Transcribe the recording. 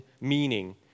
meaning